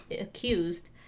accused